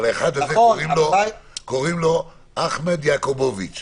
אבל לאחד הזה קוראים אחמד יעקובוביץ'.